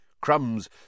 Crumbs